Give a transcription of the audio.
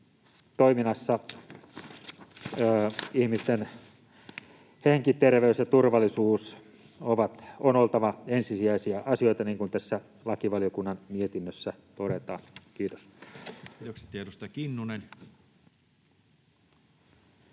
toiminnassa ihmisten hengen, terveyden ja turvallisuuden on oltava ensisijaisia asioita, niin kuin tässä lakivaliokunnan mietinnössä todetaan. — Kiitos.